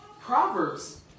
Proverbs